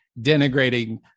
denigrating